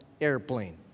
airplane